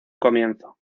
comienzo